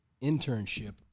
internship